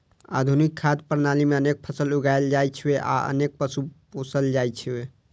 आधुनिक खाद्य प्रणाली मे अनेक फसल उगायल जाइ छै आ अनेक पशु पोसल जाइ छै